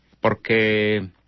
porque